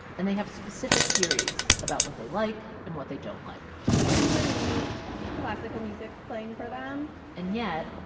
and they have specific theories about what they like and what they don't like we usually leave classical music playing for them and yet,